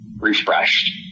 refreshed